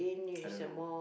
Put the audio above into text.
I don't know